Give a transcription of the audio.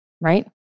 right